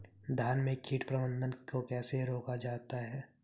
धान में कीट प्रबंधन को कैसे रोका जाता है?